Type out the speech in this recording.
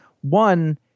One